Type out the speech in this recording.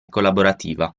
collaborativa